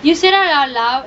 you said that out loud